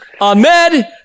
Ahmed